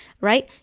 right